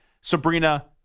Sabrina